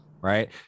right